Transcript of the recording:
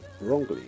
wrongly